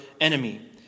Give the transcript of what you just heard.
enemy